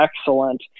excellent